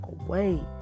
away